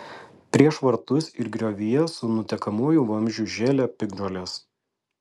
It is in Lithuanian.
prieš vartus ir griovyje su nutekamuoju vamzdžiu žėlė piktžolės